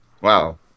Wow